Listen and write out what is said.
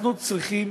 אנחנו צריכים